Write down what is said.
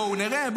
בואו נראה,